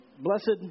blessed